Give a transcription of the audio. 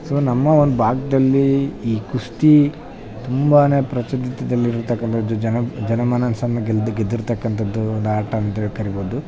so ನಮ್ಮ ಒಂದು ಭಾಗದಲ್ಲಿ ಈ ಕುಸ್ತಿ ತುಂಬಾ ಪ್ರಸಿದ್ದಿತಿದಲ್ಲಿರ್ತಕ್ಕಂಥದ್ದು ಜನ ಜನಮನ ಗೆದ್ದ ಗೆದ್ದಿರ್ತಕ್ಕಂಥದ್ದು ಅದು ಆಟ ಅಂತೇಳಿ ಕರಿಬೌದು